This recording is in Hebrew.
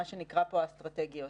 מה שנקרא פה "אסטרטגיות".